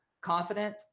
confident